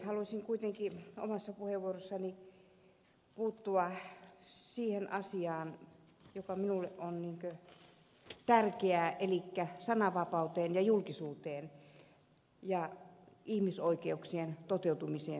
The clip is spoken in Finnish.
haluaisin kuitenkin omassa puheenvuorossani puuttua siihen asiaan joka minulle on tärkeä elikkä sananvapauteen julkisuuteen ja ihmisoikeuksien toteutumiseen tässä maassa